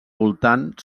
voltant